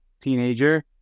teenager